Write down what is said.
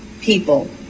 people